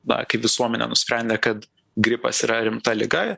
na kaip visuomenė nusprendę kad gripas yra rimta liga